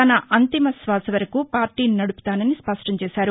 తన అంతిమ శ్వాస వరకు పార్టీని నడుపుతానని స్పష్టంచేశారు